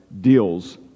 deals